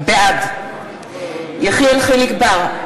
בעד יחיאל חיליק בר,